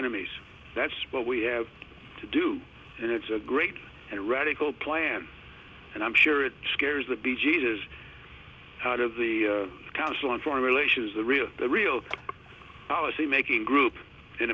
enemies that's what we have to do and it's a great and radical plan and i'm sure it scares the bejesus out of the council on foreign relations the real the real policymaking group in